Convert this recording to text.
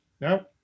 no